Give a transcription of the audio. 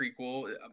prequel